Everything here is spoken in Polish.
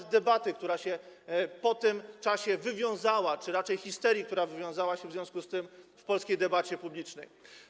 o debacie, która się po tym czasie wywiązała, czy raczej histerii, która wywiązała się w związku z tym w polskiej debacie publicznej.